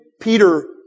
Peter